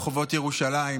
ברחובות ירושלים.